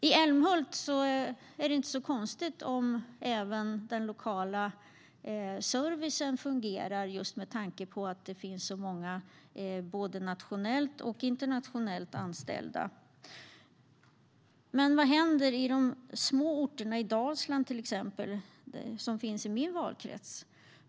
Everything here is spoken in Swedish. I Älmhult är det inte så konstigt att även den lokala servicen fungerar med tanke på att det finns så många både nationellt och internationellt anställda. Men vad händer på de små orterna, till exempel i min valkrets Dalsland?